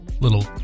little